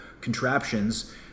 contraptions